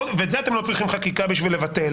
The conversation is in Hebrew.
ואת זה אתם לא צריכים חקיקה בשביל לבטל